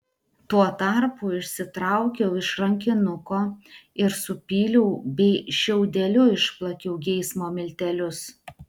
tuo tarpu išsitraukiau iš rankinuko ir supyliau bei šiaudeliu išplakiau geismo miltelius